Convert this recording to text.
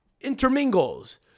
intermingles